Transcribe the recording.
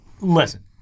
listen